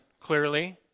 clearly